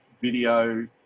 video